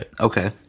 Okay